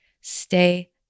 Stay